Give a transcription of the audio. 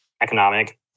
economic